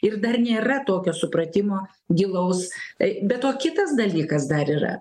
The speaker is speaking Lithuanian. ir dar nėra tokio supratimo gilaus tai be to kitas dalykas dar yra